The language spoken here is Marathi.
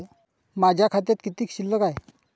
माझ्या खात्यात किती शिल्लक आहे?